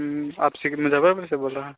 आप मुजफ़्फरपुर से बोल रहे हैं